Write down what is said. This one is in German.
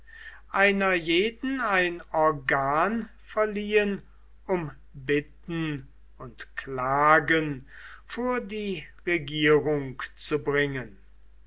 einer jeden ein organ verliehen um bitten und klagen vor die regierung zu bringen